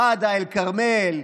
מדה אל-כרמל,